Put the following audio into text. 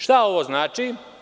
Šta ovo znači?